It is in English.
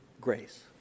grace